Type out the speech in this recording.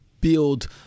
build